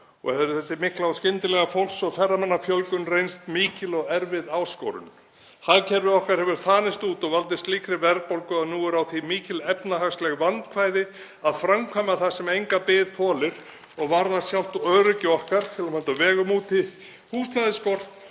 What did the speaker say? og hefur þessi mikla og skyndilega fólks- og ferðamannafjölgun reynst mikil og erfið áskorun. Hagkerfi okkar hefur þanist út og valdið slíkri verðbólgu að nú eru á því mikil efnahagsleg vandkvæði að framkvæma það sem enga bið þolir og varðar sjálft öryggi okkar, til að mynda á vegum úti, húsnæðisskort